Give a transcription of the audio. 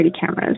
cameras